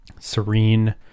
Serene